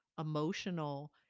emotional